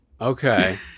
Okay